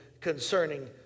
concerning